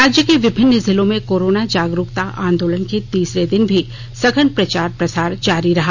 राज्य के विभिन्न जिलों में कोरोना जागरुकता आंदोलन के तीसरे दिन भी सघन प्रचार प्रसार जारी रहा